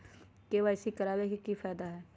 KYC करवाबे के कि फायदा है?